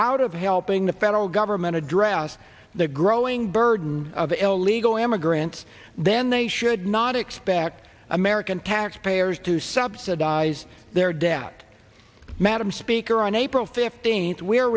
out of helping the federal government address the growing burden of illegal immigrants then they should not expect american taxpayers to subsidize their debt madam speaker on april fifteenth we're